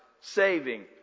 saving